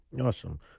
awesome